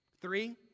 Three